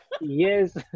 yes